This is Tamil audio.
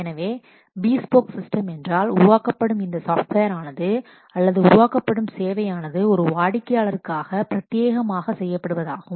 எனவே பிஸ்போக் சிஸ்டம் என்றால் உருவாக்கப்படும் இந்த சாப்ட்வேர் ஆனது அல்லது உருவாக்கப்படும் சேவை ஆனது ஒரு வாடிக்கையாளருக்காக பிரத்யேகமாக செய்யப்படுவதாகும்